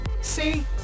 See